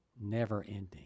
never-ending